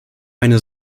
eine